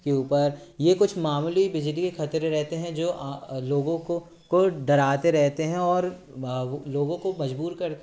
के ऊपर ये कुछ मामूली बिजली के खतरे रहते हैं जो आ लोगों को को डराते रहते हैं और लोगों को मजबूर कर